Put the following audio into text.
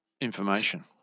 information